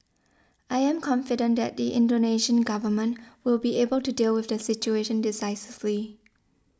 I am confident that the Indonesian government will be able to deal with the situation decisively